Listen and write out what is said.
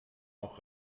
auch